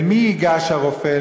אל מי ייגש הרופא?